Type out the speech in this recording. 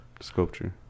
Sculpture